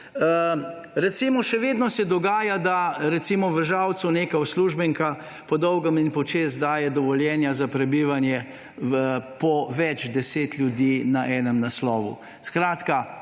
še vedno se dogaja, da v Žalcu neka uslužbenka po dolgem in počez daje dovoljenja za prebivanje po več deset ljudi na enem naslovu.